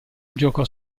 giocò